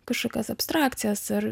kažkokias abstrakcijas ir